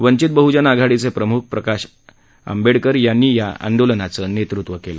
वंचित बहजन आघाडीचे प्रमुख प्रकाश आंबेडकर यांनी या आंदोलनांचं नेतृत्व केलं